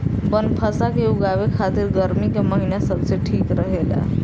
बनफशा के उगावे खातिर गर्मी के महिना सबसे ठीक रहेला